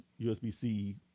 USB-C